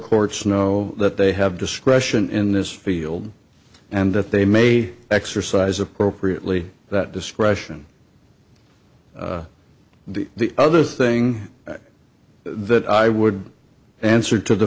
courts know that they have discretion in this field and that they may exercise appropriately that discretion the other thing that i would answer to the